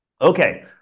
Okay